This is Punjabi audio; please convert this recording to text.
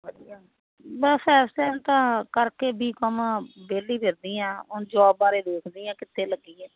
ਵਧੀਆ ਬਸ ਇਸ ਟੈਮ ਤਾਂ ਕਰਕੇ ਬੀਕੋਮ ਵਿਹਲੀ ਫਿਰਦੀ ਹਾਂ ਹੁਣ ਜੋਬ ਬਾਰੇ ਦੇਖਦੀ ਹਾਂ ਕਿੱਥੇ ਲੱਗੀਏ